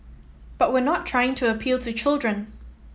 but we're not trying to appeal to children